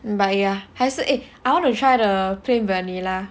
but ya 还是 eh I want to try the plain vanilla